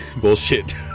bullshit